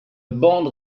bande